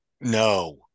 no